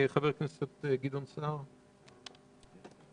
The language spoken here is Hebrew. חבר הכנסת גדעון סער, בבקשה.